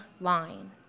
line